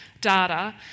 data